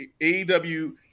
AEW